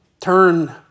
turn